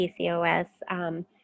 PCOS